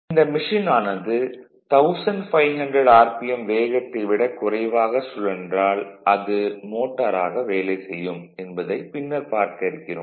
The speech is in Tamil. இந்த மெஷின் ஆனது 1500 RPM வேகத்தை விட குறைவாக சுழன்றால் அது மோட்டாராக வேலை செய்யும் என்பதைப் பின்னர் பார்க்க இருக்கிறோம்